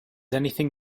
anything